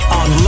on